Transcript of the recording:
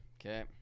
Okay